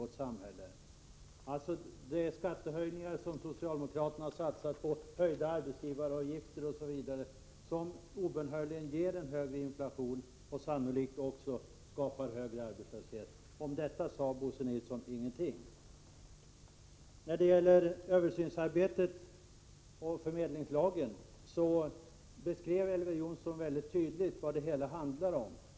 Det är de skattehöjningar som socialdemokraterna har satsat på, de höjda arbetsgivaravgifterna osv. som obönhörligen ger en högre inflation och sannolikt också skapar högre arbetslöshet. Om detta sade Bo Nilsson ingenting. Elver Jonsson beskrev väldigt tydligt vad översynsarbetet och förmedlingslagen handlar om.